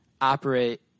operate